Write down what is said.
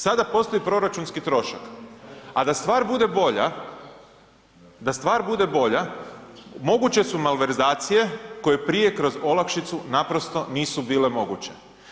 Sada postoji proračunski trošak, a da stvar bude bolja, da stvar bude bolja, moguće su malverzacije koje prije kroz olakšicu naprosto nisu bile moguće.